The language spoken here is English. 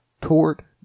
Tort